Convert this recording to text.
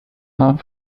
are